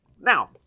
Now